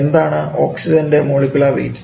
എന്താണ് ഓക്സിജൻറെ molecular wait